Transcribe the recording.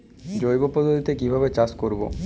জৈব পদ্ধতিতে কিভাবে চাষ করব?